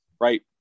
Right